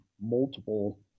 multiple